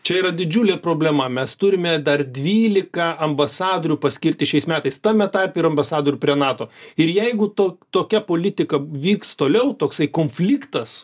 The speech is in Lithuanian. čia yra didžiulė problema mes turime dar dvylika ambasadorių paskirti šiais metais tame tarpe ir ambasadorių prie nato ir jeigu to tokia politika vyks toliau toksai konfliktas